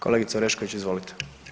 Kolegica Orešković, izvolite.